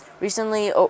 Recently